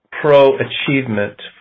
pro-achievement